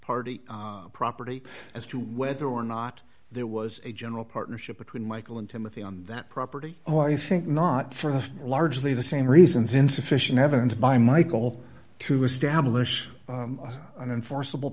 party property as to whether or not there was a general partnership between michael and timothy on that property oh i think not for largely the same reasons insufficient evidence by michael to establish an enforceable